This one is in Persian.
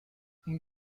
این